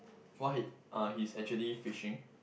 white uh he's actually fishing